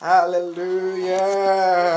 Hallelujah